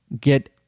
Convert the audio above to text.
get